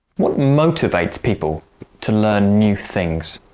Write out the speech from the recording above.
what motivates people to learn new things?